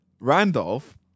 Randolph